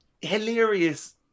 hilarious